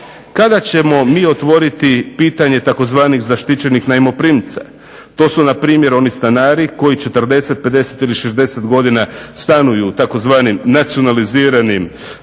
kada ćemo mi otvoriti pitanje tzv. "zaštićenih najmoprimca"? To su npr. oni stanari koji 40, 50 ili 60 godina stanuju u tzv. "nacionaliziranim